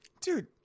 dude